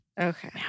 Okay